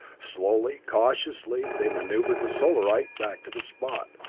slowly, cautiously they maneuvered the solarite back to the spot,